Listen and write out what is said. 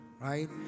right